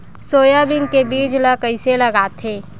Soybean के बीज ल कइसे लगाथे?